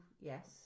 yes